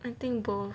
I think both